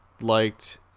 liked